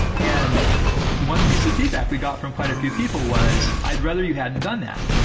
and one piece of feedback we got from quite a few people was i'd rather you hadn't done that,